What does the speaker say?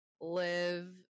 live